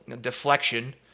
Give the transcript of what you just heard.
deflection